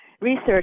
research